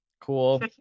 cool